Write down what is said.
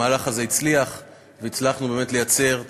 המהלך הזה הצליח, הצלחנו באמת לייצר תמיכה.